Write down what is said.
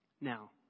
Now